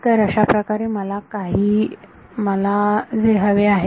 तर अशाप्रकारे काही जे मला हवे आहे